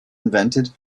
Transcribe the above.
invented